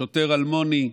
שוטר אלמוני,